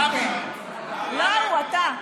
לא הוא, אתה.